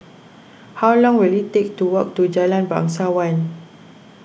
how long will it take to walk to Jalan Bangsawan